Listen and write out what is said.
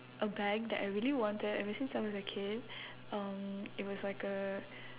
a bag that I really wanted ever since I was a kid um it was like a